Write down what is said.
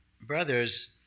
brothers